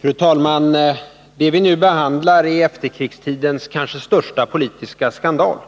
Fru talman! Det vi nu behandlar är efterkrigstidens kanske största politiska skandal: